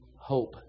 hope